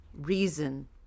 reason